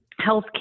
healthcare